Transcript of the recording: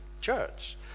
Church